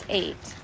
eight